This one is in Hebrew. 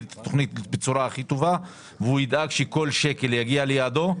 בצורה הכי טובה וידאג שכל שקל יגיע ליעדו.